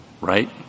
right